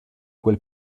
quel